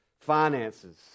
finances